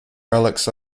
relics